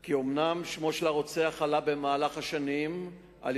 כי אומנם שמו של הרוצח עלה במהלך השנים על-ידי